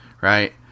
right